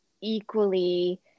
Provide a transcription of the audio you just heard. equally